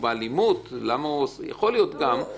יש